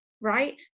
right